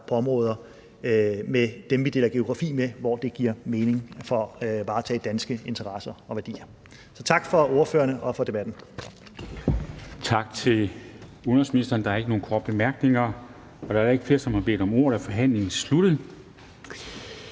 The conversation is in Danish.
på områder med dem, som vi deler geografi med, hvor det giver mening for at varetage danske interesser og værdier. Så tak til ordførerne og for debatten.